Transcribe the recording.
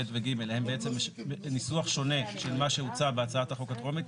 ב ו-ג הן בעצם ניסוח שונה של מה שהוצע בהצעת החוק הטרומית,